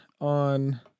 on